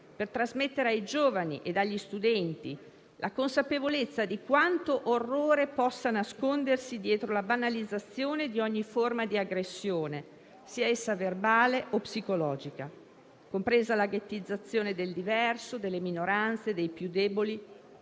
per trasmettere ai giovani e agli studenti la consapevolezza di quanto orrore possa nascondersi dietro la banalizzazione di ogni forma di aggressione, sia essa verbale o psicologica, compresa la ghettizzazione del diverso, delle minoranze, dei più deboli.